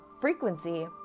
frequency